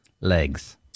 legs